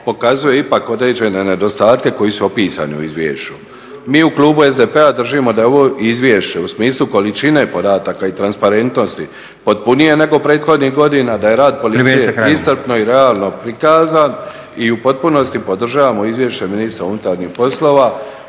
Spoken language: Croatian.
pokazuje ipak određene nedostatke koji su opisani u izvješću. Mi u klubu SDP-a držimo da je ovo izvješće u smislu količine podataka i transparentnosti potpunije nego prethodnih godina, da je rad… … /Upadica Batinić: Privedite kraju./ …… policije iscrpno i realno prikazan i u potpunosti podržavamo izvješće ministra unutarnjih poslova